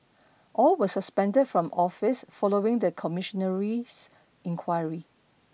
all were suspended from office following the commissionary inquiry